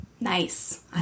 Nice